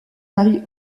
marie